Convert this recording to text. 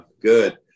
good